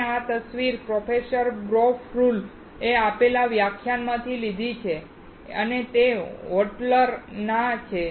આપણે આ તસવીર પ્રોફેસર બો કુઇ એ આપેલા વ્યાખ્યાનમાંથી લીધી છે અને તે વોટરલૂ ના છે